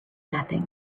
nothing